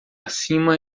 acima